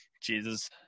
Jesus